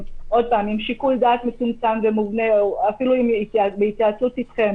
עם שיקול דעת מצומצם ומובנה ואפילו בהתייעצות איתכם